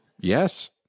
Yes